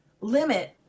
limit